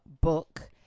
book